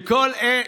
כל אלה,